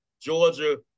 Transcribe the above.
Georgia